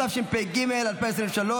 התשפ"ג 2023,